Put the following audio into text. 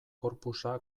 corpusa